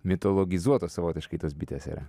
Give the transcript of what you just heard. mitologizuotos savotiškai tos bitės yra